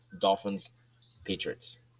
Dolphins-Patriots